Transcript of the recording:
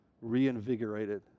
reinvigorated